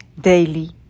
daily